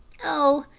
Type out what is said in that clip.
oh,